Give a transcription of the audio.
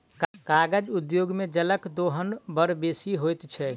कागज उद्योग मे जलक दोहन बड़ बेसी होइत छै